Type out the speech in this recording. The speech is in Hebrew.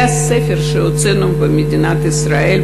זה הספר שהוצאנו במדינת ישראל,